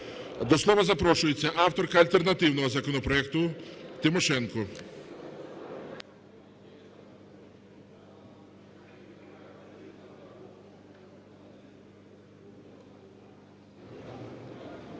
До слова запрошується авторка альтернативного законопроекту Тимошенко.